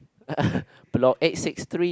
block eight six three